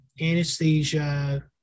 anesthesia